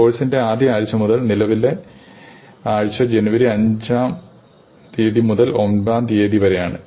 കോഴ്സിന്റെ ആദ്യ ആഴ്ച മുതൽ നിലവിലെ ആഴ്ച ജനുവരി അഞ്ചാം മുതൽ ഒമ്പതാം തീയതി വരെയാണ്